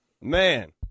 Man